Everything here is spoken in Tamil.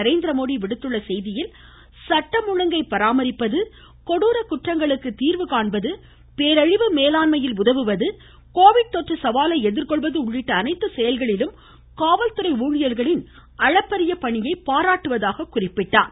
நரேந்திரமோடி விடுத்துள்ள செய்தியில் சட்டம் ஒழுங்கை பராமரிப்பது கொடூர குற்றங்களுக்கு தீர்வு காண்பது போழிவு மேலாண்மையில் உதவுவது கோவிட் தொற்று சவாலை எதிர்கொள்வது உள்ளிட்ட அனைத்து செயல்களிலும் காவல்துறை ஊழியர்களின் அளப்பரிய பணியை பாராட்டுவதாக தெரிவித்திருக்கிறார்